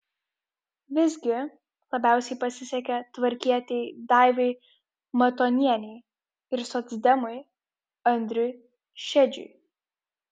visgi labiausiai pasisekė tvarkietei daivai matonienei ir socdemui andriui šedžiui